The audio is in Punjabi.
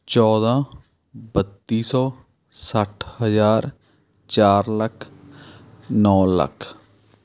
ਚੌਦ੍ਹਾਂ ਬੱਤੀ ਸੌ ਸੱਠ ਹਜ਼ਾਰ ਚਾਰ ਲੱਖ ਨੌ ਲੱਖ